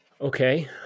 Okay